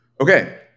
Okay